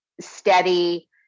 steady